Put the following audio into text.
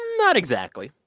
not exactly.